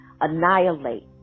annihilate